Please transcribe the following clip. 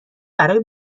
برای